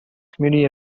community